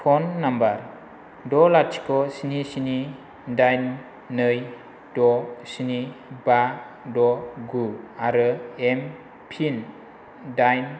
phone number द' लाथिख' स्नि स्नि दाइन नै द' स्नि बा द' गु आरो एमपिन दाइन